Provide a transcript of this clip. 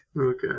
Okay